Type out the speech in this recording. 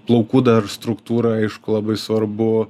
plaukų dar struktūra aišku labai svarbu